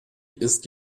ist